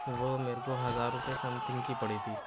وہ میرے کو ہزار روپئے سم تھینگ کی پڑی تھی